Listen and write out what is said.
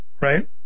Right